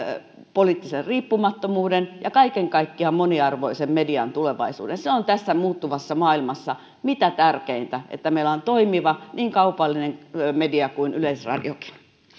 poliittisen riippumattomuuden ja kaiken kaikkiaan moniarvoisen median tulevaisuuden se on tässä muuttuvassa maailmassa mitä tärkeintä että meillä on toimiva niin kaupallinen media kuin yleisradiokin